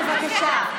בבקשה.